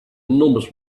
enormous